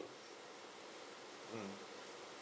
mm